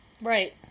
Right